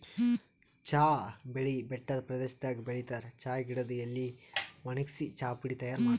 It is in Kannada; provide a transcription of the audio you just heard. ಚಾ ಬೆಳಿ ಬೆಟ್ಟದ್ ಪ್ರದೇಶದಾಗ್ ಬೆಳಿತಾರ್ ಚಾ ಗಿಡದ್ ಎಲಿ ವಣಗ್ಸಿ ಚಾಪುಡಿ ತೈಯಾರ್ ಮಾಡ್ತಾರ್